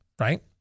right